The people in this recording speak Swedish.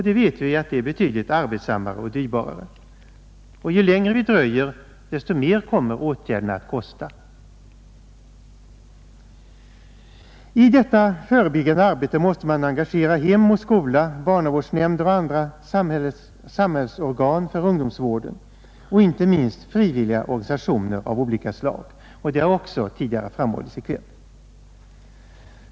Vi vet att det är betydligt arbetssammare och dyrbarare. Ju längre vi dröjer, desto mer kommer åtgärderna att kosta. I detta förebyggande arbete måste man engagera hem och skola, barnavårdsnämnder och andra samhällsorgan för ungdomsvården och inte minst frivilliga organisationer av olika slag. Detta har också framhållits tidigare i kväll.